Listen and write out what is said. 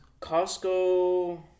Costco